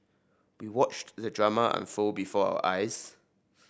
we watched the drama unfold before our eyes